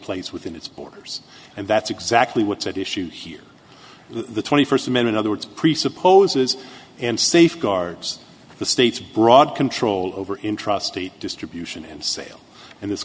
place within its borders and that's exactly what's at issue here the twenty first amendment other words presupposes and safeguards the state's broad control over in trustee distribution and sale and this